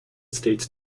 states